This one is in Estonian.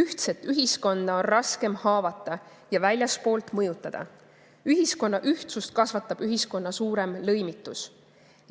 "Ühtset ühiskonda on raskem haavata ja väljastpoolt mõjutada. Ühiskonna ühtsust kasvatab ühiskonna suurem lõimitus.